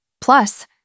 Plus